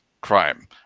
crime